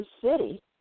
city